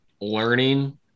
learning